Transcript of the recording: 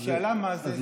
היא שאלה מה זה.